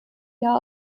jahr